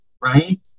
right